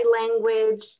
language